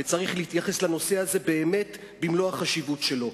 וצריך להתייחס לנושא הזה באמת במלוא החשיבות שלו.